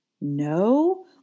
no